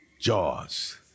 Jaws